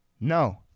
No